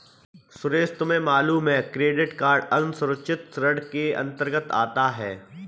सुरेश तुम्हें मालूम है क्रेडिट कार्ड असुरक्षित ऋण के अंतर्गत आता है